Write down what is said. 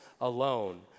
alone